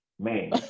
man